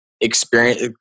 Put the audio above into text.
experience